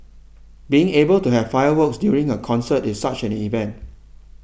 being able to have fireworks during a concert is such an event